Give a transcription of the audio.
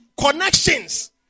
connections